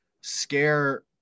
scare